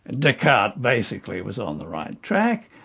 and descartes basically was on the right track.